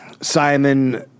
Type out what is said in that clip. Simon